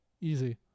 Easy